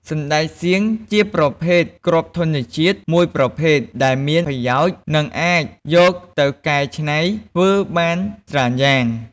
សណ្ដែកសៀង ជាប្រភេទគ្រាប់ធញ្ញជាតិមួយប្រភេទដែលមានប្រយោជន៍ និងអាចយកទៅកែច្នៃធ្វើបានច្រើនយ៉ាង។